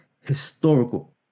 historical